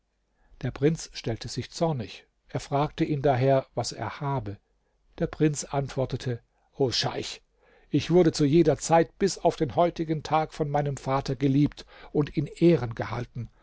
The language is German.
der prinz stellte sich zornig er fragte ihn daher was er habe der prinz antwortete o scheich ich wurde zu jeder zeit bis auf den heutigen tag von meinem vater geliebt und in ehren gehalten